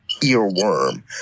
earworm